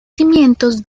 cimientos